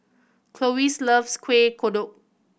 Clovis loves Kueh Kodok